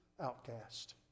outcast